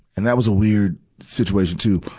and that was a weird situation, too.